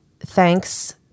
Thanks